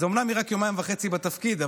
אז אומנם היא רק יומיים וחצי בתפקיד,